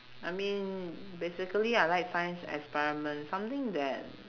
I mean basically I like science experiments something that